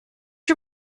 you